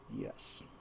Yes